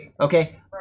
okay